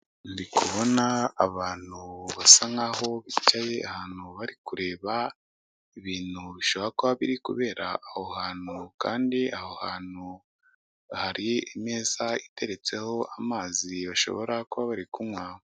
Ndi kubona abantu basa nkaho bicaye ahantu bari kureba ibintu bishobora kuba biri kubera aho hantu kandi aho hantu hari imeza iteretseho amazi bashobora kuba bari kunywa.